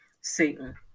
Satan